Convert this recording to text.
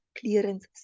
clearance